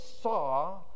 saw